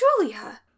Julia